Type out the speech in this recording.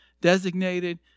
designated